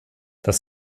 das